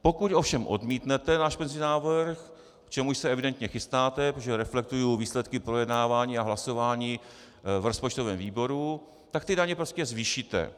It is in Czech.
Pokud ovšem odmítnete náš pozměňovací návrh, k čemuž se evidentně chystáte, protože reflektuji výsledky projednávání a hlasování v rozpočtovém výboru, tak ty daně prostě zvýšíte.